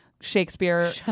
Shakespeare